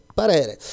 parere